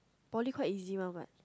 poly quite easy one what